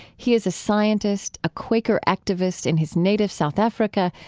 he is a scientist, a quaker activist in his native south africa,